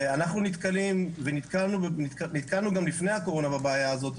אנחנו נתקלים ונתקלנו גם לפני הקורונה בבעיה הזאת,